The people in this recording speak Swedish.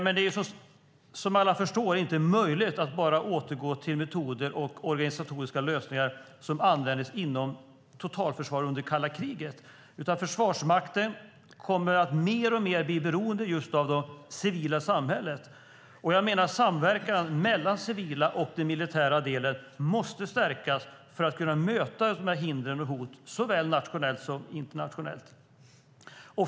Men som alla förstår är det inte möjligt att återgå till metoder och organisatoriska lösningar som användes inom totalförsvaret under kalla kriget, utan Försvarsmakten kommer att mer och mer bli beroende av det civila samhället. Jag menar att samverkan mellan den civila och militära delen måste stärkas för att kunna möta de hindren och hoten såväl nationellt som internationellt.